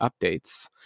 updates